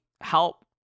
help